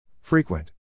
Frequent